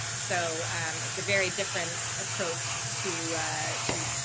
so it's a very different approach to to